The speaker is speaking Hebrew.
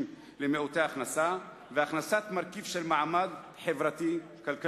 למעוטי הכנסה והכנסת מרכיב של מעמד חברתי-כלכלי.